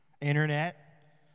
Internet